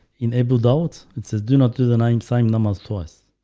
enabled out. it says do not do the nine sign numbers twice